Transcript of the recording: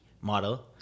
model